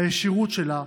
הישירות שלה,